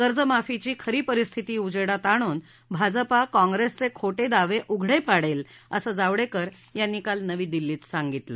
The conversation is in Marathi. कर्जमाफीची खरी परिस्थिती उजेडात आणून भाजपा काँग्रेसचे खोटे दावे उघडे पाडेल असं जावडेकर यांनी काल नवी दिल्लीत सांगितलं